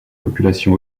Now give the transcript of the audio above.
population